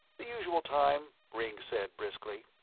the usual time, ringg said briskly,